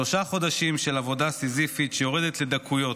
שלושה חודשים של עבודה סיזיפית שיורדת לדקויות.